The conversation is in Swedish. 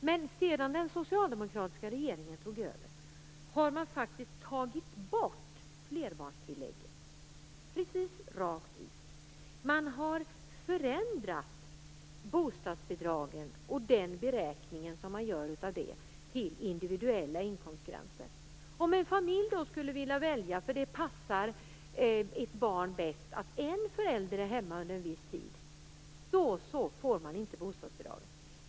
Men sedan den socialdemokratiska regeringen tog över, har man faktiskt, precis rakt ut, tagit bort flerbarnstillägget. Man har förändrat den beräkning som man gör av bostadsbidragen till att gälla individuella inkomstgränser. Om en familj skulle vilja välja att en förälder är hemma under en viss tid på grund av att det passar barnet bäst, då får den familjen inte något bostadsbidrag.